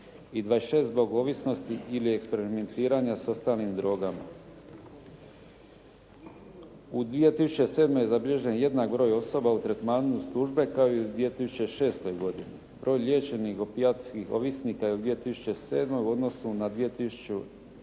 i 26 zbog ovisnosti ili eksperimentiranja s ostalim drogama. U 2007. zabilježen je jednak broj osoba u tretmanu službe kao i u 2006. godini. Broj liječenih opijatskih ovisnika je u 2007. u odnosu na 2006.